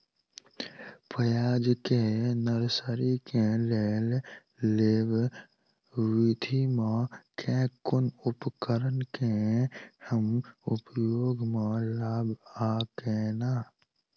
प्याज केँ नर्सरी केँ लेल लेव विधि म केँ कुन उपकरण केँ हम उपयोग म लाब आ केना?